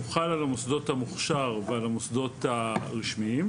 הוא חל על מוסדות המוכשר ועל המוסדות הרשמיים.